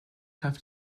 have